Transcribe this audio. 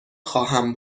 خواهم